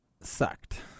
Sucked